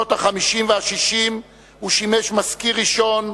בשנות ה-50 וה-60 הוא שימש מזכיר ראשון,